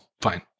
fine